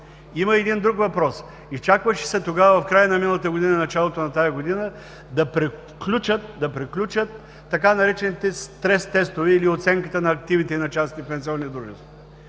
Има един друг въпрос – изчакваше се тогава, в края на миналата година и началото на тази година, да приключат така наречените „стрес тестове“, или оценката на активите на частните пенсионни дружества.